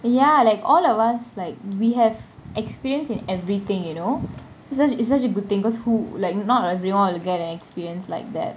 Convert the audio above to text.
ya like all of us like we have experience in everything you know it's just it's such a good thing because who like not everyone will get an experience like that